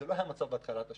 לא זה היה המצב בתחילת השנה.